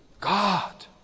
God